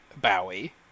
Bowie